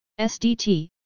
SDT